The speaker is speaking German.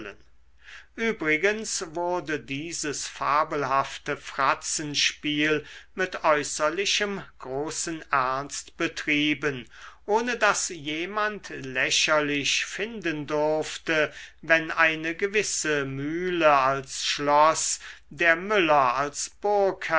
übrigens wurde dieses fabelhafte fratzenspiel mit äußerlichem großen ernst betrieben ohne daß jemand lächerlich finden durfte wenn eine gewisse mühle als schloß der müller als